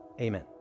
amen